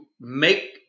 make